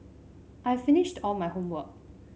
I've finished all my homework